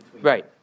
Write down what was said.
Right